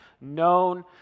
known